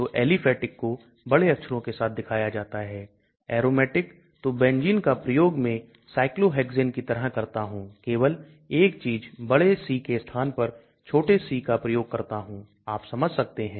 तो Aliphatic को बड़े अक्षरों के साथ दिखाया जाता है Aromatic तो benzene का प्रयोग मैं cyclohexane की तरह करता हूं केवल एक चीज बड़े C के स्थान पर छोटे c का प्रयोग करता हूं आप समझ सकते हैं